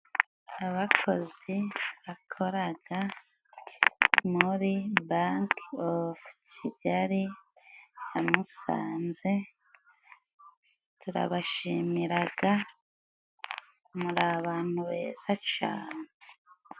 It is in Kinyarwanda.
Abakozi bakoraga muri banki ofukigali ya Musanze, turabashimiraga muri abantu beza cane.